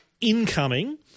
Incoming